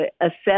assess